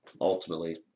ultimately